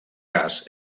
cas